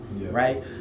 right